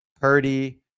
Purdy